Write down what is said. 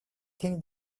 things